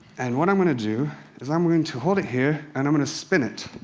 and what i'm going to do is, i'm going to hold it here, and i'm going to spin it.